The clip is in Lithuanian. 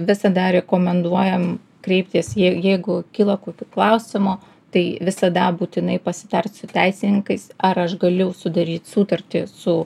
visada rekomenduojam kreiptis jei jeigu kyla kokių klausimų tai visada būtinai pasitart su teisininkais ar aš galiu sudaryt sutartį su